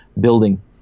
building